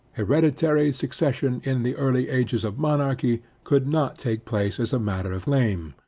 hereditary succession in the early ages of monarchy could not take place as a matter of claim,